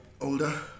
older